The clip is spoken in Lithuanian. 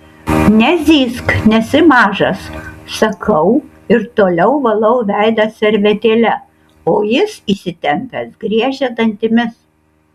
nezyzk nesi mažas sakau ir toliau valau veidą servetėle o jis įsitempęs griežia dantimis